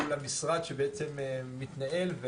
למשרד שבעצם מתנהל.